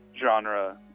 genre